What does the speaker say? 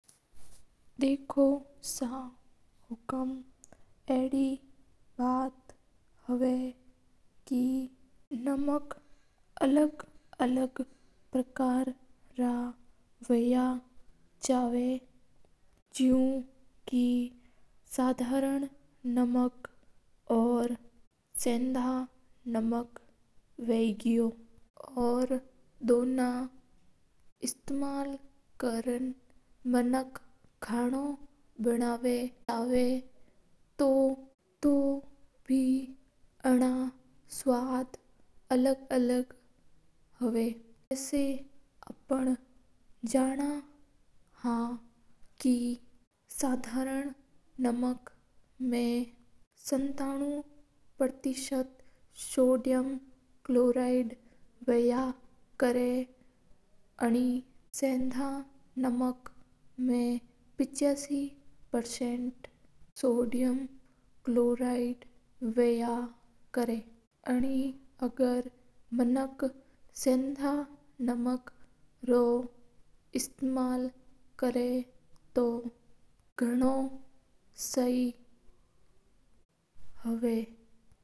देखो सा हुकूम अड़ी बात होवा नमक अलग अलग परकार वया करा जा सके सादरन नमक, सेंदा नमक और एन्ना स्वाद बे अलग अलग हवा। जसा के सादरन नमक मा सत्तानवें प्रतिशत सोडियम हुया करा हा और सेंदा नमक मा पिछासी प्रतिशत सोडियम हुया करा हा एन वास्ता माणक सेंदा नमक रो इस्तामल करा तो गाणो सही रवा हा।